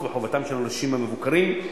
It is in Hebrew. ואחרון הדוברים,